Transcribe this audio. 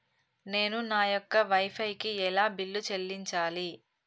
నేను నా యొక్క వై ఫై కి ఎలా బిల్లు చెల్లించాలి?